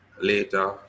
later